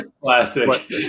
Classic